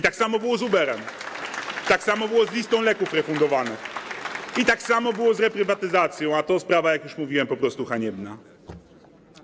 Tak samo było z Uberem, tak samo było z listą leków refundowanych i tak samo było z reprywatyzacją, a to sprawa, jak już mówiłem, po prostu haniebna.